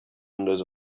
windows